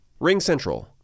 RingCentral